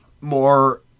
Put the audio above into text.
more